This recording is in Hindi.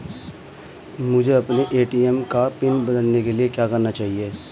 मुझे अपने ए.टी.एम का पिन बदलने के लिए क्या करना होगा?